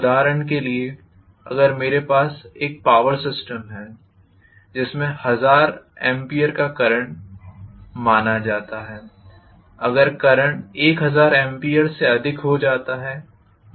उदाहरण के लिए अगर मेरे पास एक पॉवर सिस्टम है जिसमें 1000 A का करंट माना जाता है अगर करंट 1000 A से अधिक हो जाता है